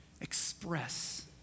Express